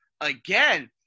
again